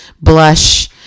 blush